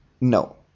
No